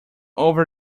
over